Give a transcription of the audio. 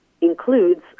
includes